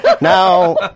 Now